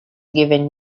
given